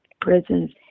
prisons